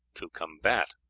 to combat,